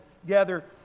together